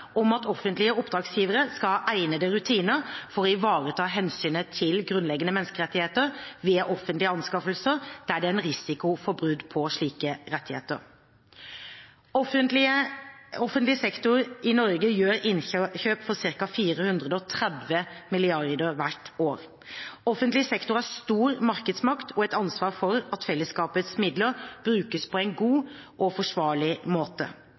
om at offentlige oppdragsgivere skal ha egnede rutiner for å ivareta hensynet til grunnleggende menneskerettigheter ved offentlige anskaffelser der det er en risiko for brudd på slike rettigheter. Offentlig sektor i Norge gjør innkjøp for ca. 430 mrd. kr hvert år. Offentlig sektor har stor markedsmakt og et ansvar for at fellesskapets midler brukes på en god og ansvarlig måte.